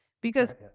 because-